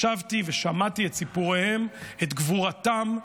ישבתי ושמעתי את סיפוריהם, את גבורתם,